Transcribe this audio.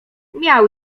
miał